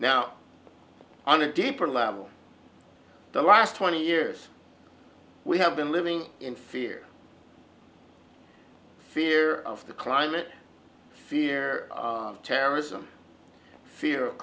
now on a deeper level the last twenty years we have been living in fear fear of the climate fear of terrorism fear of